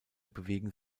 bewegen